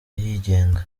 yigenga